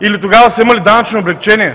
Или тогава са имали данъчни облекчения?